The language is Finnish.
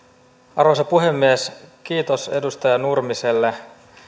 arvoisa puhemies kiitos edustaja nurmiselle